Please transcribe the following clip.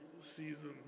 season